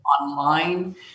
online